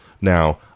Now